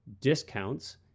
discounts